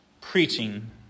preaching